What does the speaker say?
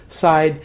side